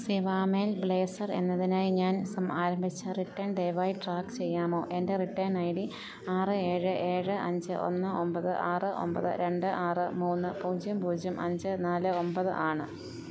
സെവാമേൽ blazer എന്നതിനായി ഞാൻ ആരംഭിച്ച റിട്ടേൺ ദയവായി ട്രാക്ക് ചെയ്യാമോ എൻ്റെ റിട്ടേൺ ഐ ഡി ആറ് ഏഴ് ഏഴ് അഞ്ച് ഒന്ന് ഒമ്പത് ആറ് ഒമ്പത് രണ്ട് ആറ് മൂന്ന് പൂജ്യം പൂജ്യം അഞ്ച് നാല് ഒമ്പത് ആണ്